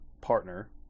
partner